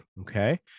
Okay